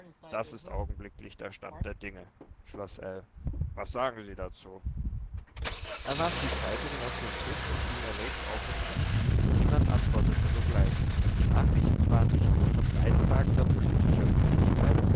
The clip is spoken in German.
das ist augenblicklich der stand der dinge schloß ell was sagen sie dazu er warf die zeitungen auf den tisch und ging erregt auf und ab niemand antwortete sogleich die nachrichten waren nicht nur von weittragender politischer wichtigkeit